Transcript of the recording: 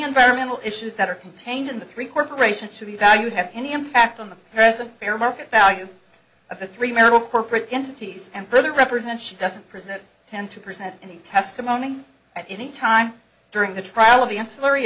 environmental issues that are contained in the three corporations should be valued have any impact on the present fair market value of the three merrill corporate entities and further represent she doesn't present them to present any testimony at any time during the trial of the ancillary